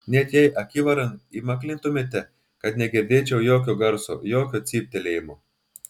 net jei akivaran įmaklintumėte kad negirdėčiau jokio garso jokio cyptelėjimo